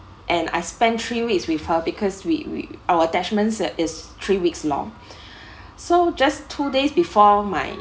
and I spent three weeks with her because we we our attachments is three weeks long so just two days before my